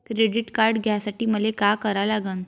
Credit card घ्यासाठी मले का करा लागन?